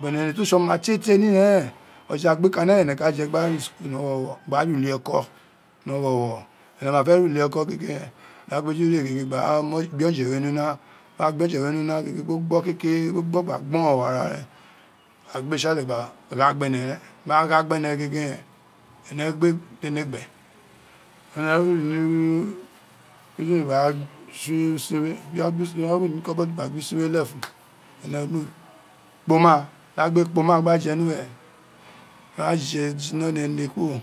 but ene to tse oma tietietie ni ira eren oje agbikana eme ka je gba re school nọwọwọ gba re uli ekọ ni ọwọwọ ene ma fe re uliekọ daghai kpeju re gege gba ra gbe oje we ni una, bili a gbe oje we ni una gege bi o gbọ kekere biri gbo gba gbọrọn wọ ara rén a gbe tsale gba igha gbene ren. bu gha gbene gege ren, ene gbe tene gbe ene wu ino kitchen gba tson usin we ene wi ni cupboad gba gbo usin we lefun ene kpana, da gbe kpana gba je nu were da je ji ino le ene kuro.